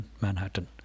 Manhattan